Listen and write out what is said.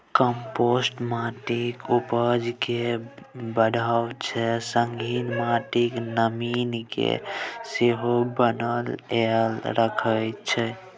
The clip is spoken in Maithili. कंपोस्ट माटिक उपजा केँ बढ़ाबै छै संगहि माटिक नमी केँ सेहो बनाए कए राखै छै